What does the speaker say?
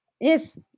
Yes